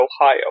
Ohio